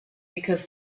because